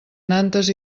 nantes